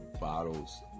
bottles